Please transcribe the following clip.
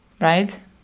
right